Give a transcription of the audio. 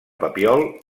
papiol